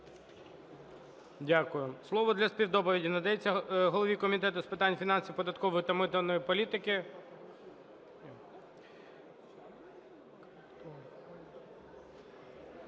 Дякую. Слово для співдоповіді надається голові Комітету з питань фінансів, податкової та митної політики…